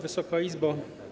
Wysoka Izbo!